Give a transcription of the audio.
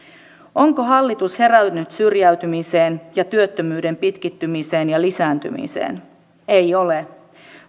onko hallitus herännyt syrjäytymiseen ja työttömyyden pitkittymiseen ja lisääntymiseen ei ole